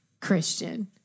Christian